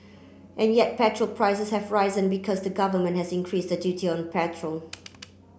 and yet petrol prices have risen because the government has increased the duty on petrol